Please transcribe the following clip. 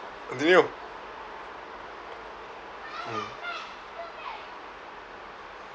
continue mm